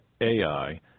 Ai